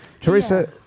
Teresa